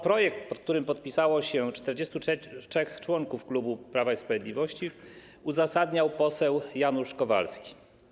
Projekt, pod którym podpisało się 43 członków klubu Prawa i Sprawiedliwości, uzasadniał poseł Janusz Kowalski.